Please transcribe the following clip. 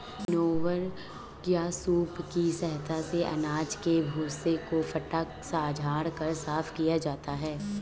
winnower या सूप की सहायता से अनाज के भूसे को फटक झाड़ कर साफ किया जाता है